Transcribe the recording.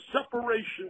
separation